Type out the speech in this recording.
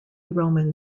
roman